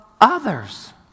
others